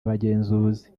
abagenzuzi